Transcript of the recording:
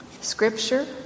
Scripture